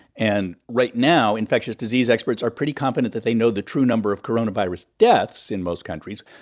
and right now, infectious disease experts are pretty confident that they know the true number of coronavirus deaths in most countries,